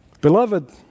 Beloved